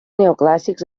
neoclàssics